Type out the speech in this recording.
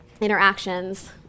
interactions